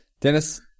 Dennis